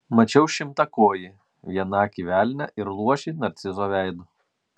mačiau šimtakojį vienakį velnią ir luošį narcizo veidu